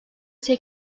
ise